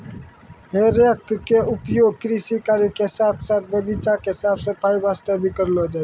हे रेक के उपयोग कृषि कार्य के साथॅ साथॅ बगीचा के साफ सफाई वास्तॅ भी करलो जाय छै